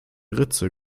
ritze